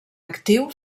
actiu